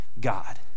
god